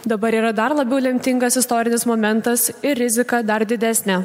dabar yra dar labiau lemtingas istorinis momentas ir rizika dar didesnė